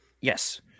Yes